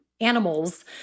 animals